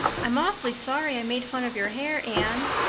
i'm awfully sorry i made fun of your hair, anne,